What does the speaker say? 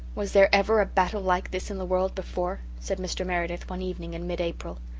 was there ever a battle like this in the world before? said mr. meredith, one evening in mid-april.